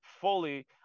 fully